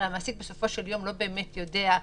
הרי המעסיק לא באמת יודע,